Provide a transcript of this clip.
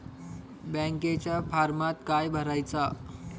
बँकेच्या फारमात काय भरायचा?